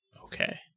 okay